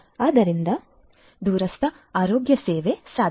ಆದ್ದರಿಂದ ದೂರಸ್ಥ ಆರೋಗ್ಯ ಸೇವೆ ಸಾಧ್ಯ